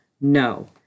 No